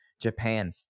Japan